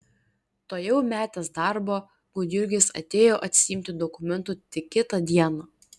tuojau metęs darbą gudjurgis atėjo atsiimti dokumentų tik kitą dieną